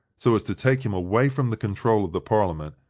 so as to take him away from the control of the parliament,